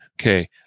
Okay